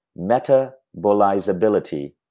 metabolizability